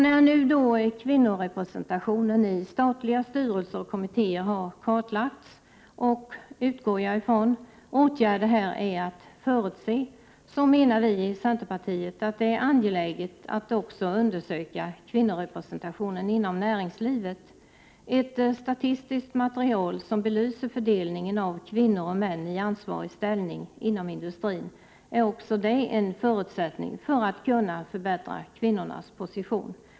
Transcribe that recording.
När nu kvinnorepresentationen i statliga styrelser och kommittéer har kartlagts och — utgår jag ifrån — åtgärder här är att förutse, menar vi i centerpartiet att det är angeläget att också undersöka kvinnorepresentationen inom näringslivet. Ett statistiskt material som belyser fördelningen av kvinnor och män i ansvarig ställning inom industrin är också det en förutsättning för att kunna förbättra kvinnornas position.